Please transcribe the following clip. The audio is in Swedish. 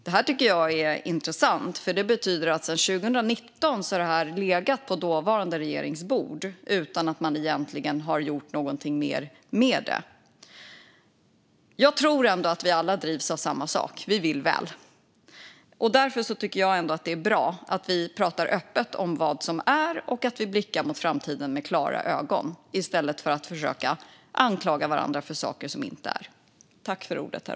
Det tycker jag är intressant, för det betyder att detta har legat på den dåvarande regeringens bord sedan 2019. Men man gjorde egentligen inget mer med det. Jag tror att vi alla drivs av samma sak. Vi vill väl. Därför tycker jag att det är bra att vi pratar öppet om vad som är och att vi blickar mot framtiden med klara ögon i stället för att försöka anklaga varandra för saker som inte är.